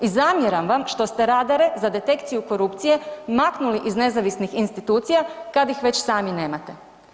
I zamjeram vam što ste radare za detekciju korupcije maknuli iz nezavisnih institucija kad ih već sami nemate.